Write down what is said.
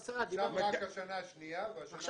עכשיו רק השנה השנייה והשנה השלישית לא קיים.